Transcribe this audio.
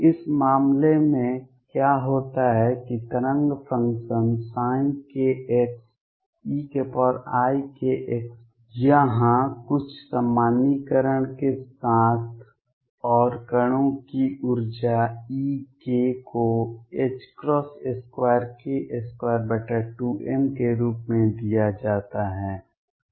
इस मामले में क्या होता है कि तरंग फ़ंक्शन kxeikx यहां कुछ सामान्यीकरण के साथ और कणों की ऊर्जा E को 2k22m के रूप में दिया जाता है